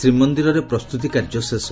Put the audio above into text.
ଶ୍ରୀମନ୍ଦିରରେ ପ୍ରସ୍ତୁତି କାର୍ଯ୍ୟ ଶେଷ